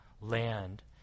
land